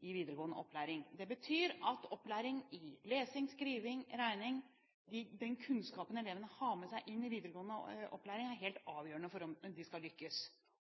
i videregående opplæring. Det betyr at opplæring i lesing, skriving og regning – den kunnskapen elevene har med seg inn i videregående opplæring – er helt avgjørende for om de skal lykkes.